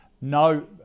no